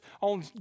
on